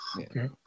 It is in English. Okay